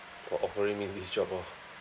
for offering me this job orh